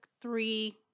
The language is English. three